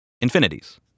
infinities